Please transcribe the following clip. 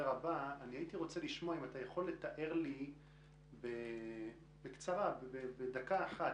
האם תוכל לתאר לי בקצרה את